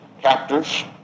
captors